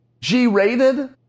G-rated